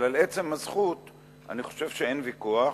אבל על עצם הזכות אני חושב שאין ויכוח,